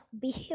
behave